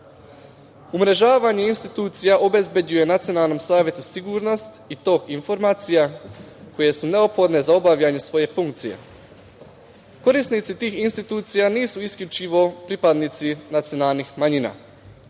opremljene. Umrežavanje institucija obezbeđuje Nacionalnom savetu sigurnost i tok informacija koje su neophodne za obavljanje svoje funkcije. Korisnici tih institucija nisu isključivo pripadnici nacionalnih manjina.